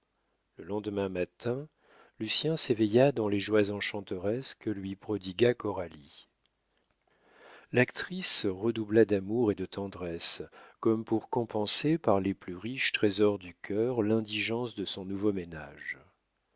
le lendemain matin lucien s'éveilla dans les joies enchanteresses que lui prodigua coralie l'actrice redoubla d'amour et de tendresse comme pour compenser par les plus riches trésors du cœur l'indigence de son nouveau ménage